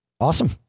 Awesome